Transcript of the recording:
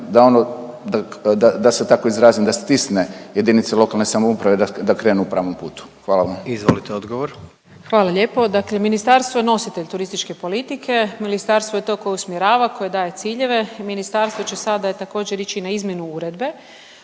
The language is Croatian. da se tako izrazim da stisne jedinice lokalne samouprave da krenu pravom putu. Hvala vam. **Jandroković, Gordan (HDZ)** Izvolite odgovor. **Brnjac, Nikolina (HDZ)** Hvala lijepo. Dakle, ministarstvo je nositelj turističke politike ministarstvo je to koje usmjerava, koje daje ciljeve i ministarstvo će sada također ići na izmjenu uredbe,